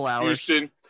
Houston